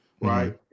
Right